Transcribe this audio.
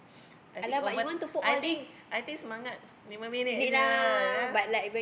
I think over I think I think semangat lima minit sahaja then